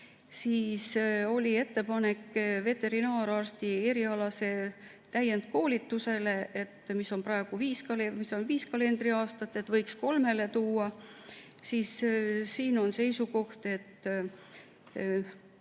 Siis oli ettepanek, et veterinaararsti erialase täienduskoolituse, mis on praegu viis kalendriaastat, võiks kolmele tuua. Siin on seisukoht, et